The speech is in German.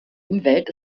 umwelt